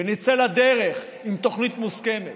ונצא לדרך עם תוכנית מוסכמת.